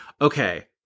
okay